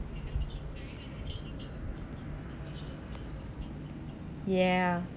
ya